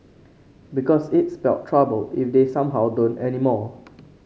because it'd spell trouble if they somehow don't anymore